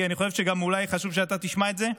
אני חושב שאולי חשוב שגם אתה תשמע את זה,